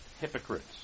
hypocrites